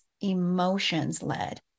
emotions-led